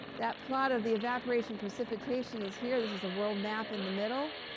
that plot of the evaporation precipitation is here. this is a world map in the middle.